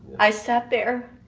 i sat there